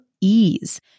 ease